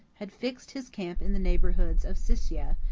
had fixed his camp in the neighborhood of siscia,